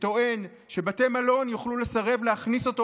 שטוען שבתי מלון יוכלו לסרב להכניס אותו